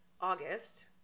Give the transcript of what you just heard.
August